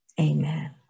Amen